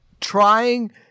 trying